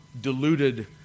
deluded